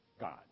God